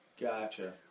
Gotcha